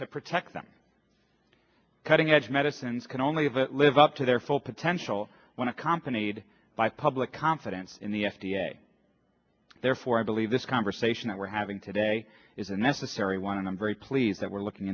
to protect them cutting edge medicines can only have it live up to their full potential when it kompany had by public confidence in the f d a therefore i believe this conversation that we're having today is a necessary one and i'm very pleased that we're looking